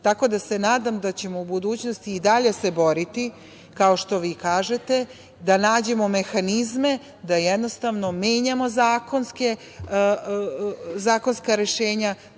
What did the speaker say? da se nadam da ćemo u budućnosti i dalje se boriti, kao što vi kažete, da nađemo mehanizme da jednostavno menjamo zakonska rešenja